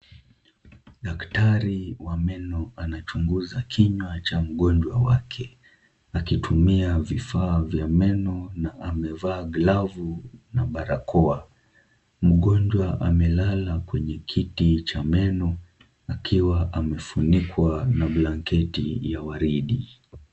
Daktari wa meno anachunguza kinywa cha mgonjwa wake akitumia vifaa vya meno na amevaa glavu na barakoa. Mgonjwa amelala kwenye kiti cha meno akiwa amefunikwa na blanketi ya waridi.